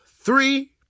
three